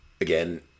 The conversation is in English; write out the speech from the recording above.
again